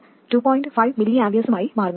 5 mA ഉം ആയി മാറുന്നു